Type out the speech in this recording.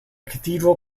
cathedral